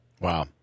Wow